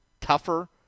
tougher